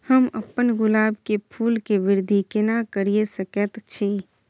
हम अपन गुलाब के फूल के वृद्धि केना करिये सकेत छी?